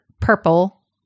purple